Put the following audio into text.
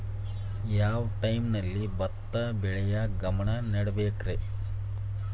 ಯಾವ್ ಟೈಮಲ್ಲಿ ಭತ್ತ ಬೆಳಿಯಾಕ ಗಮನ ನೇಡಬೇಕ್ರೇ?